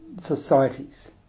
societies